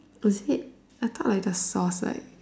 is it I thought like the sauce like